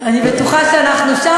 אני בטוחה שאנחנו שם,